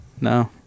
No